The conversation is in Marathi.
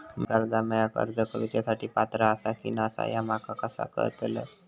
म्या कर्जा मेळाक अर्ज करुच्या साठी पात्र आसा की नसा ह्या माका कसा कळतल?